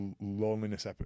loneliness